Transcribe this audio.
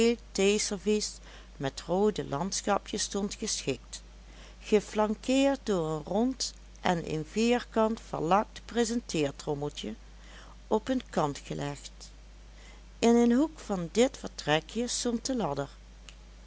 theeservies met roode landschapjes stond geschikt geflankeerd door een rond en een vierkant verlakt presenteertrommeltje op hun kant gelegd in een hoek van dit vertrekje stond de ladder